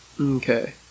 okay